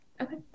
Okay